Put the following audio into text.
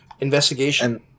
Investigation